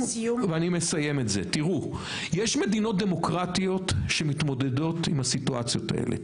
יש מדינות דמוקרטיות שמתמודדות עם הסיטואציות האלה.